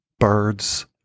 Birds